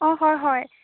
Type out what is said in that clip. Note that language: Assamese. অঁ হয় হয়